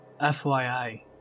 FYI